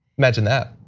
imagine that.